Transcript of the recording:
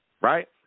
right